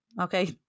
Okay